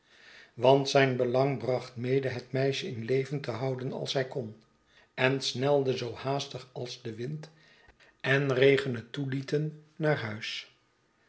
want zijn belang bracht mede het meisje in het leven te houden als hij kon en snelde zoo haastig als wind en regen het toelieten naar huis